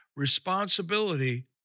responsibility